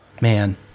Man